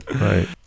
Right